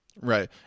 right